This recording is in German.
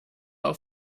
auf